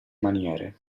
maniere